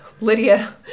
Lydia